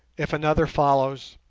if another follows,